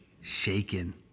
shaken